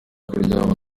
kuryama